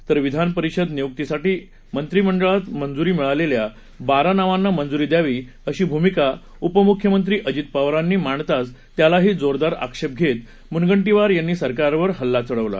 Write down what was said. तर विधान परिषद नियुक्तीसाठी मंत्रिमंडळात मंजुरी मिळलेल्या बारा नावांना मंजुरी द्यावी अशी भूमिका उपमुख्यमंत्री अजित पवारांनी मांडताच त्यालाही जोरदार आक्षेप घेत मुनगंटीवार यांनी सरकारवर हल्ला चढवला